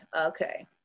okay